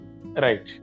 Right